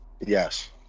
Yes